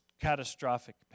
catastrophic